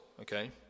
Okay